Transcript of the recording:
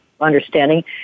understanding